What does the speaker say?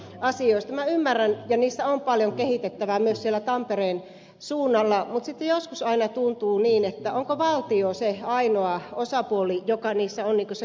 minä ymmärrän ja niissä on paljon kehitettävää myös siellä tampereen suunnalla mutta sitten joskus aina tuntuu siltä että onko valtio se ainoa osapuoli joka niissä on se kehittäjätaho